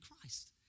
Christ